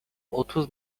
otuz